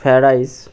fried rice